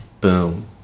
boom